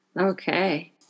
Okay